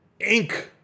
Inc